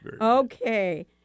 Okay